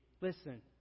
Listen